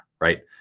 right